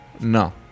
No